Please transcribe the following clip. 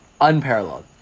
Unparalleled